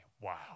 Wow